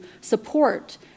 support